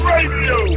Radio